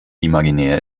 imaginär